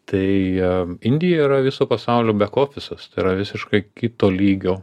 tai indija yra viso pasaulio bekofisas tai yra visiškai kito lygio